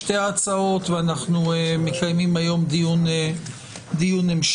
בשתי ההצעות ואנחנו מקיימים היון דיון המשך.